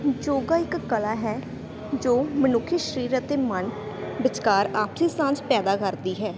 ਯੋਗਾ ਇੱਕ ਕਲਾ ਹੈ ਜੋ ਮਨੁੱਖੀ ਸਰੀਰ ਅਤੇ ਮਨ ਵਿਚਕਾਰ ਆਪਸੀ ਸਾਂਝ ਪੈਦਾ ਕਰਦੀ ਹੈ